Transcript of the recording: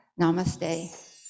Namaste